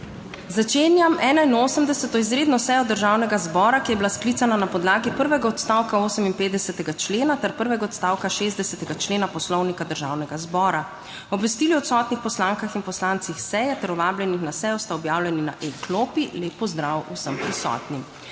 Začenjam 81. izredno sejo Državnega zbora, ki je bila sklicana na podlagi prvega odstavka 58. člena ter prvega odstavka 60. člena Poslovnika Državnega zbora. Obvestili o odsotnih poslankah in poslancih seje ter vabljenih na sejo sta objavljeni na e-klopi. Lep pozdrav vsem prisotnim.